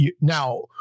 now